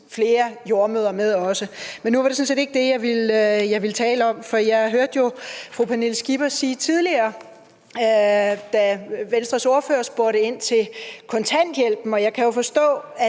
flere jordemødre med også. Men nu var det sådan set ikke det, jeg ville tale om. Jeg hørte fru Pernille Skipper tidligere, da Venstres ordfører spurgte ind til kontanthjælpen, og jeg kan forstå, at